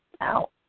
out